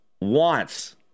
wants